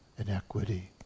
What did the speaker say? Inequity